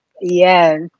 Yes